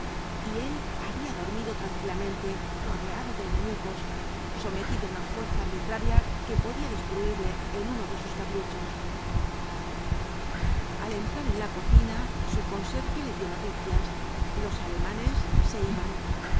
y él había dormido tranquilamente rodeado de enemigos sometido á una fuerza arbitraria que podía destruirle en uno de sus caprichos al entrar en la cocina su conserje le dio noticias los alemanes se iban